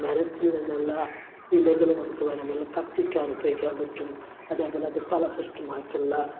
മരത്തില് നിന്നുള്ള ഇലകള് നമുക്ക് വേണമെങ്കില് കത്തിക്കാന് ഉപയോഗിക്കാന് പറ്റും അതേ പോലെ അത് ഫലപുഷ്ടമായിട്ടുള്ള